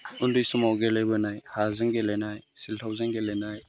उन्दै समाव गेलेबोनाय हाजों गेलेनाय सेल्थावजों गेलेनाय